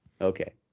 Okay